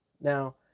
Now